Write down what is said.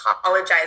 apologize